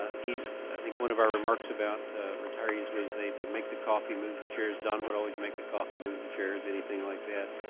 he is, i think, one of our remarks about retirees was they make the coffee, move the chairs. don would always make the coffee, move the chairs, anything like that.